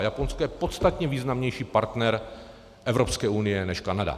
A Japonsko je podstatně významnější partner Evropské unie než Kanada.